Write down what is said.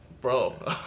bro